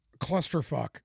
Clusterfuck